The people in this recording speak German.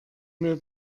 mir